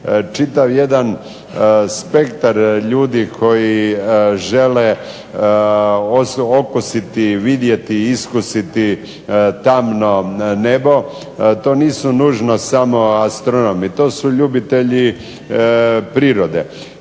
čitav jedan spektar ljudi koji žele okusiti, vidjeti, iskusiti tamno nebo. To nisu nužno samo astronomi to su ljubitelji prirode